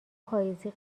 پاییزی